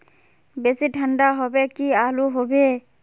बेसी ठंडा होबे की आलू होबे